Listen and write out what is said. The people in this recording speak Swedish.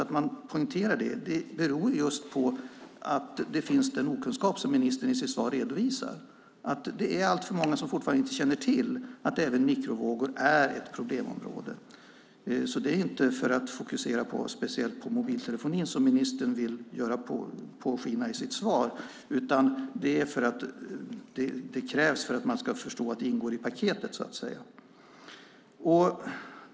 Att man poängterar det beror just på att den okunskap finns som ministern redovisar i sitt svar. Det är alltför många som fortfarande inte känner till att även mikrovågor är ett problemområde. Det är inte för att speciellt fokusera på mobiltelefonin som ministern vill påskina i sitt svar. Det krävs för att man ska förstå att det ingår i paketet, så att säga.